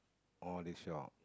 or this shop